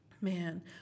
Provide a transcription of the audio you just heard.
Man